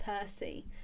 Percy